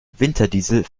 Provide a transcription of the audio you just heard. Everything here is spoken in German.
winterdiesel